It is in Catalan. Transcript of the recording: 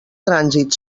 trànsit